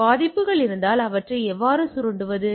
எனவே பாதிப்பு இருந்தால் அவற்றை எவ்வாறு சுரண்டுவது